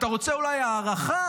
אתה רוצה אולי הערכה?